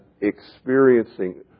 experiencing